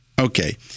Okay